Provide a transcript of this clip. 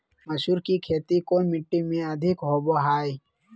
मसूर की खेती कौन मिट्टी में अधीक होबो हाय?